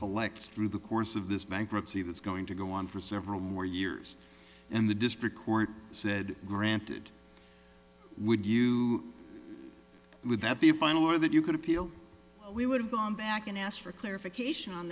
collects through the course of this bankruptcy that's going to go on for several more years and the district court said granted would you with that be a final order that you could appeal we would have gone back and asked for clarification on